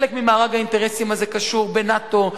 חלק ממארג האינטרסים הזה קשור בנאט"ו,